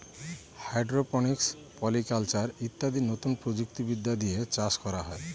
hydroponics, polyculture ইত্যাদি নতুন প্রযুক্তি বিদ্যা দিয়ে চাষ করা হয়